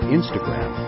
Instagram